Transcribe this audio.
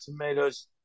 Tomatoes